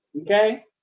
okay